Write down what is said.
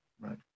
Right